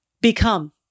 become